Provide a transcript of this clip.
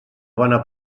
bona